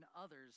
others